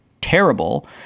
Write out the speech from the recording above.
terrible